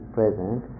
present